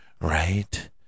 Right